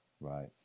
Right